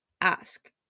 ask